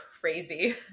crazy